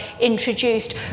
introduced